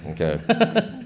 Okay